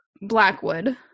blackwood